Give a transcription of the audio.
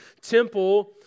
temple